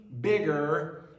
bigger